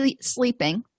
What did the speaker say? sleeping